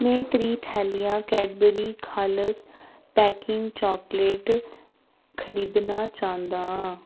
में त्रीह् थैलियां कैडबरी खालस पेयिंग चॉकलेटें खरीदना चांह्दा आं